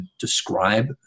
describe